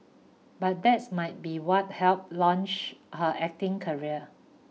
but that's might be what helped launch her acting career